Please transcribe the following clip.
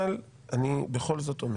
אבל אני בכל זאת אומר,